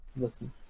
Listen